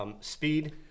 Speed